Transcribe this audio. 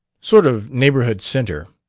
sort of neighborhood centre.